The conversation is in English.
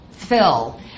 Phil